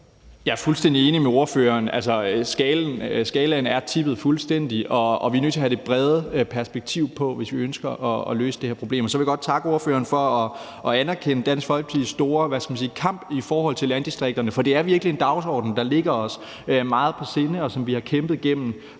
Jeg er fuldstændig enig med spørgeren. Balancen er tippet fuldstændig, og vi er nødt til at have det brede perspektiv på, hvis vi ønsker at løse det her problem. Og så vil jeg godt takke spørgeren for at anerkende Dansk Folkepartis store kamp for landdistrikterne. For det er virkelig en dagsorden, der ligger os meget på sinde, og noget, som vi har kæmpet for gennem